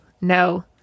no